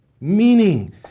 meaning